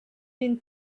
been